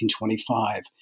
1925